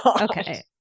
Okay